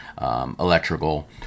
electrical